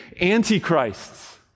antichrists